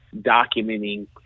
documenting